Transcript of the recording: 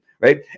right